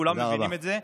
כולם מבינים את זה.